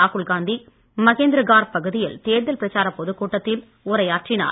ராகுல் காந்தி மஹேந்திரகார் பகுதியில் தேர்தல் பிரச்சாரப் பொதுக்கூட்டத்தில் உரையாற்றினார்